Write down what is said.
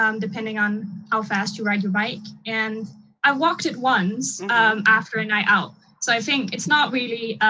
um depending on how fast you ride your bike. and i walked it once after a night out. so i think it's not really